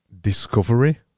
discovery